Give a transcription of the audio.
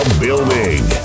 building